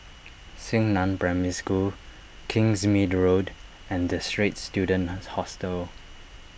Xingnan Primary School Kingsmead Road and the Straits Students Hostel